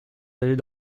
d’aller